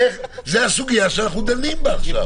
זו הסוגיה שאנחנו דנים בה עכשיו.